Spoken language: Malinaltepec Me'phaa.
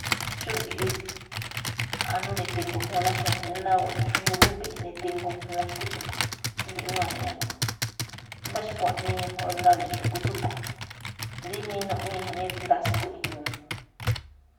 Xúge̱ꞌ rí asndo nitangu̱júún ná xuajen, ná xuejen gúbíí nitangu̱júún xu̱kú tsúꞌkhue̱n, tsí mbiꞌñúú aña a̱ꞌkhue̱n. Mbá xkuaꞌnii ñajun no̱ne̱ xu̱kú tsúꞌkhue̱n, rí minuꞌwii̱n jamí ndaski̱i̱n.